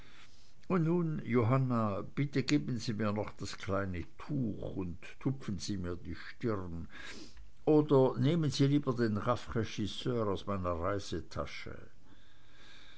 und nun johanna bitte geben sie mir noch das kleine tuch und tupfen sie mir die stirn oder nehmen sie lieber den rafraichisseur aus meiner reisetasche